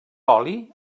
oli